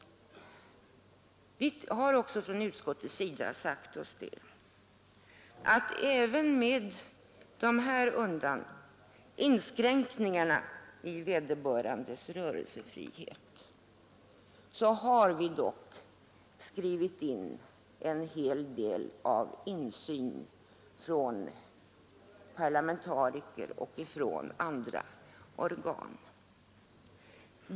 Vi har också i utskottet sagt oss att även med de här inskränkningarna i vederbörandes rörelsefrihet så har vi dock skrivit in en hel del av möjlighet till insyn från parlamentariker och från andra organ.